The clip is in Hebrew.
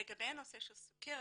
לגבי הסוכרת,